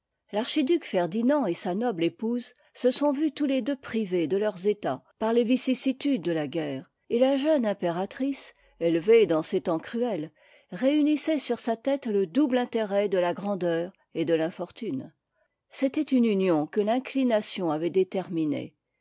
l'archiduc ferdinand et sa noble épouse se sont vus tous les deux privés de leurs états par les vicissitudes de la guerre et la jeune impératrice élevée dans ces temps cruels réunissait sur sa tête le double intérêt de la grandeur et de l'infortune c'était une union que l'inclination avait déterminée